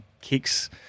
kicks